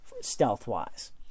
stealth-wise